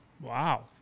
Wow